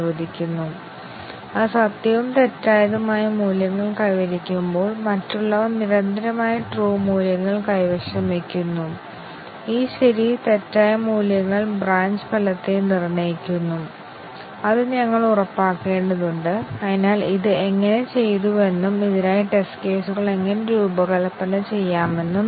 അതിനാൽ ഈ if statement ഇൽ ഇതിനായി ഒന്നിലധികം കണ്ടീഷൻ കവറേജ് നേടുന്നതിന് ഞങ്ങൾക്ക് നാല് ടെസ്റ്റ് കേസുകൾ ആവശ്യമാണ്